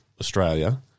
Australia